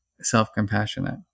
self-compassionate